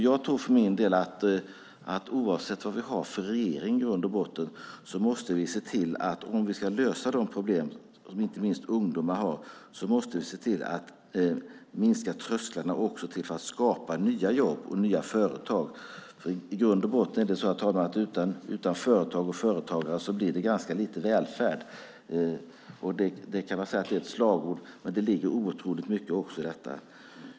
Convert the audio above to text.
Jag tror för min del att oavsett vad vi har för regering måste vi i grund och botten, om vi ska lösa de problem som inte minst ungdomar har, se till att minska trösklarna också för att skapa nya jobb och nya företag. I grund och botten är det så, herr talman, att utan företag och företagare blir det ganska lite välfärd. Det kan man säga är ett slagord, men det ligger otroligt mycket i detta.